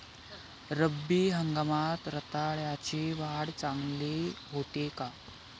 रब्बी हंगामात रताळ्याची वाढ चांगली होते का?